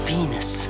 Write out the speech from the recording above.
Venus